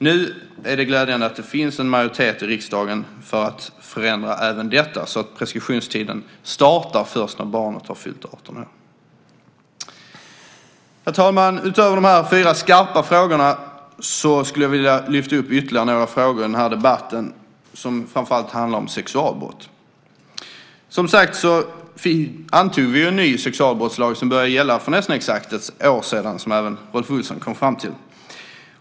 Nu är det glädjande att det finns en majoritet i riksdagen för att förändra även detta, så att preskriptionstiden startar först när barnet fyllt 18 år. Herr talman! Utöver de här fyra skarpa frågorna skulle jag vilja lyfta upp ytterligare några frågor i den här debatten, som framför allt handlar om sexualbrott. Som sagt antog vi en ny sexualbrottslag som började gälla för nästan exakt ett år sedan, som även Rolf Olsson sade.